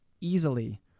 easily